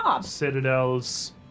Citadel's